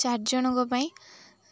ଚାରି ଜଣଙ୍କ ପାଇଁ